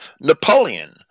Napoleon